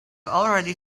already